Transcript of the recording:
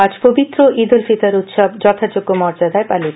আজ পবিত্র ঈদ উল ফিত্র উৎসব যথাযোগ্য মর্যাদায় পালিত